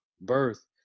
birth